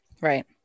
Right